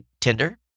Tinder